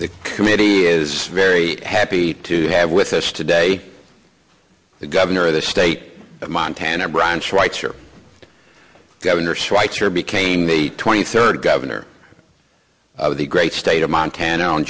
the committee is very happy to have with us today the governor of the state of montana branch writes for governor schweitzer became the twenty third governor of the great state of montana on